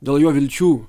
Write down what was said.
dėl jo vilčių